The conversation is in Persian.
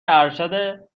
ارشد